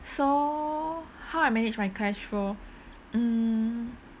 so how I manage my cash flow mm